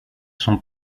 sont